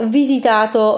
visitato